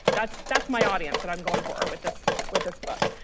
that's that's my audience and i'm going for with this with this book.